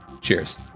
Cheers